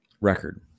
record